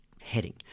heading